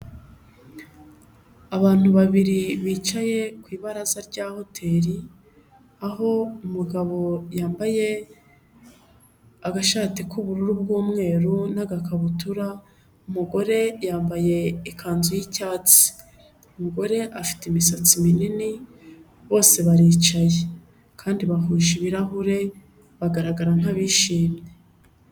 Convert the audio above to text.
Abantu babiri bicaye ku ibaraza rya hoteri, aho umugabo yambaye agashati k'ubururu bw'umweru n'agakabutura, umugore yambaye ikanzu y'icyatsi. Umugore afite imisatsi minini, bose baricaye kandi bahusha ibirahure, bagaragara nk'abishimye.